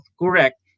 correct